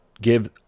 give